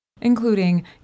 including